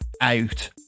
Out